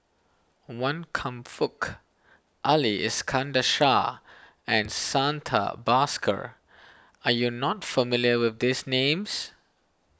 Wan Kam Fook Ali Iskandar Shah and Santha Bhaskar are you not familiar with these names